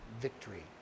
victory